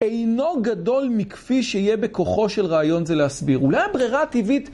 אינו גדול מכפי שיהיה בכוחו של רעיון זה להסביר. אולי הברירה הטבעית...